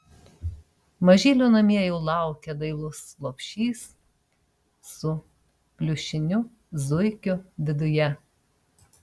mažylio namie jau laukia dailus lopšys su pliušiniu zuikiu viduje